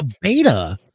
beta